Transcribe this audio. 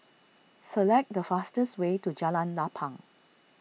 select the fastest way to Jalan Lapang